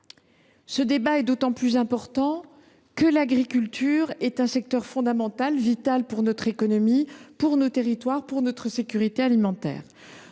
Ce débat est d’autant plus important que l’agriculture est un secteur fondamental, vital à la fois pour notre économie, pour nos territoires et pour notre sécurité alimentaire.